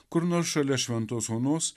kur nors šalia šventos onos